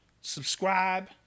subscribe